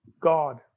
God